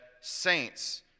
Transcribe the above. saints